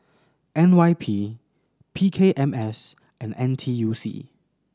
N Y P P K M S and N T U C